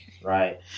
right